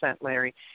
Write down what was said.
Larry